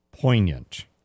Poignant